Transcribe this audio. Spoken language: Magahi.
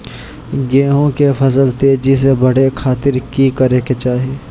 गेहूं के फसल तेजी से बढ़े खातिर की करके चाहि?